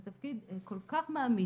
זה תפקיד כל כך מעמיס,